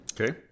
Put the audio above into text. Okay